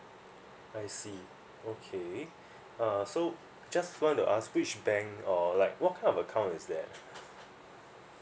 I see okay uh so just want to ask which bank or like what kind of account is that